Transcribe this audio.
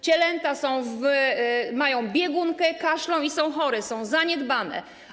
Cielęta mają biegunkę, kaszlą i są chore, są zaniedbane.